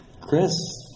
Chris